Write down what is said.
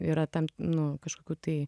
yra tam nu kažkokių tai